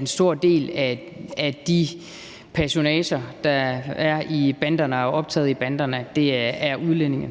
en stor del af de personager, som er i banderne, og som er optaget